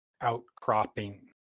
outcropping